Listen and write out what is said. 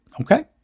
Okay